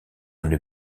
une